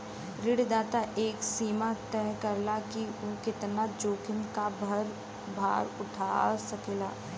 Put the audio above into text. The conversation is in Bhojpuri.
ऋणदाता एक सीमा तय करला कि उ कितना जोखिम क भार उठा सकेला